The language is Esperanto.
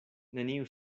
neniu